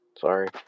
Sorry